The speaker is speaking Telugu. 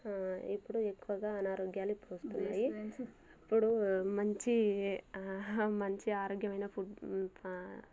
ఇప్పుడు ఎక్కువగా అనారోగ్యాలు ఎక్కువ వస్తున్నాయి ఇప్పుడు మంచి ఆహా మంచి ఆరోగ్యమైన ఫుడ్